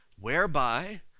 whereby